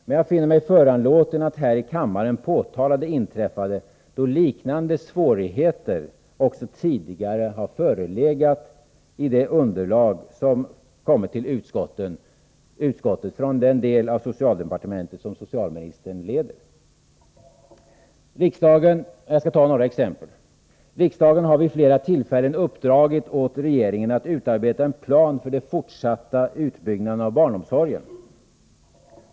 Men jag finner mig föranlåten att här i kammaren påtala det inträffade då liknande brister också tidigare har förelegat i det underlag som kommit till utskottet från den del av socialdepartementet som socialministern leder. Jag skall ta några exempel. Riksdagen har vid flera tillfällen uppdragit åt regeringen att utarbeta en plan för den fortsatta utbyggnaden av barnomsorgen.